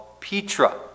Petra